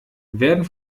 werden